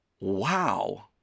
Wow